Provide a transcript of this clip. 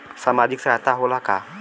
सामाजिक सहायता होला का?